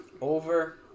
Over